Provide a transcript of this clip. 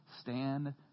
stand